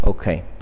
Okay